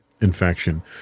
infection